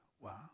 Wow